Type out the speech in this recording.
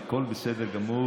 הכול בסדר גמור,